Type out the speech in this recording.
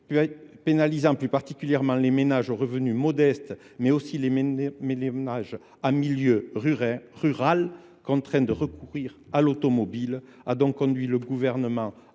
pénalise plus particulièrement les ménages aux revenus modestes, mais aussi ceux qui, en milieu rural, sont contraints de recourir à l’automobile, a conduit le Gouvernement